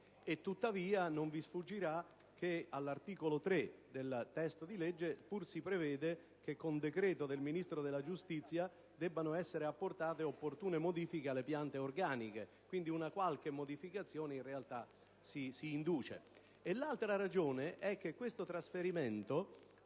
(tuttavia, non vi sfuggirà che all'articolo 3 del testo del disegno di legge pur si prevede che con decreto del Ministro della giustizia debbano essere apportate opportune modifiche alle piante organiche: quindi, una qualche modificazione in realtà si induce).